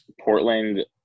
Portland